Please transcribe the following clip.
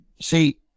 see